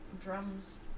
drums